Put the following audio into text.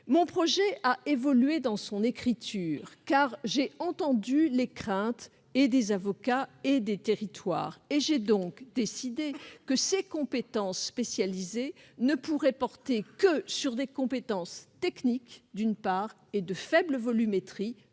mon projet a évolué pour tenir compte des craintes exprimées par les avocats et les territoires. J'ai donc décidé que ces compétences spécialisées ne pourraient porter que sur des compétences techniques, d'une part, et de faible volumétrie,